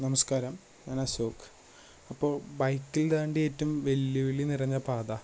നമസ്കാരം ഞാൻ അശോക് അപ്പോൾ ബൈക്കില് താണ്ടിയേറ്റവും വെല്ലുവിളി നിറഞ്ഞ പാത